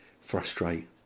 frustrate